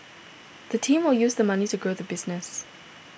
the team will use the money to grow the business